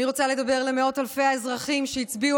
אני רוצה לדבר אל מאות אלפי האזרחים שהצביעו